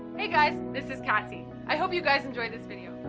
hey guys, this is cassie. i hope you guys enjoyed this video.